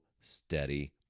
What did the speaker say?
steady